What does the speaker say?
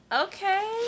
Okay